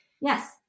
Yes